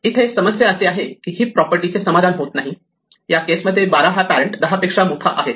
इथे अशी समस्या आहे की हिप प्रॉपर्टी चे समाधान होत नाही या केस मध्ये 12 हा पॅरेण्ट 10 पेक्षा मोठा आहे